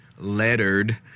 lettered